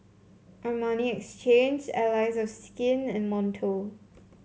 Armani Exchange Allies of Skin and Monto